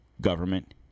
government